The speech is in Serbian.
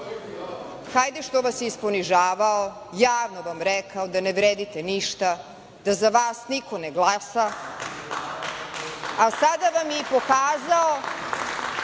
Hajde što vas je isponižavao, javno vam rekao da ne vredite ništa, da za vas niko ne glasa, a sada vam je i pokazao